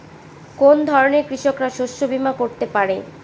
কোন ধরনের কৃষকরা শস্য বীমা করতে পারে?